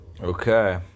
Okay